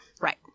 Right